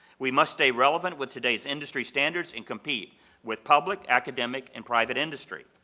we must stay relevant with today's industry standards and compete with public, academic and private industry.